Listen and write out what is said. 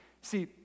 See